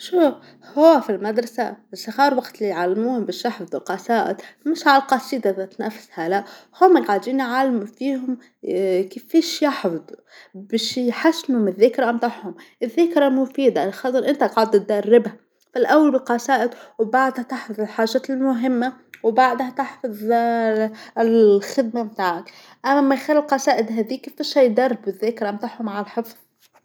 شوف، هو في المدرسه الصغار وقت اللي يعلموهم باش يحفظو قصائد، مشي عالقصيده ذات نفسها لاء، هوما قاعدين يعلمو فيهم كيفاش يحفظو، باش يحسنو من الذاكره متاعهم، الذاكره مفيده علاخاطر أنت قاعد دربها، في الأول بالقصائد وبعدها تحفظ الحاجات المهمه وبعدها تحفظ الخدمة متاعك، أما من غير القصائد هاذيك كيفاش راهي تدرب الذاكره متاعهم عالحفظ.